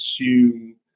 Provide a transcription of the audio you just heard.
assume